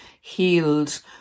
healed